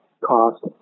cost